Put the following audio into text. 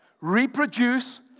reproduce